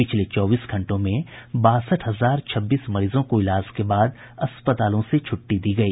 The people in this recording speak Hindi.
पिछले चौबीस घंटों में बासठ हजार छब्बीस मरीजों को इलाज के बाद अस्पतालों से छुट्टी दी गई